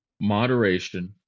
moderation